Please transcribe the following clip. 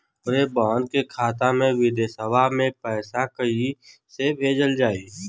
हमरे बहन के खाता मे विदेशवा मे पैसा कई से भेजल जाई?